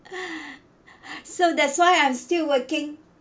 so that's why I'm still working